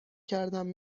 کردم